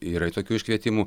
yra tokių iškvietimų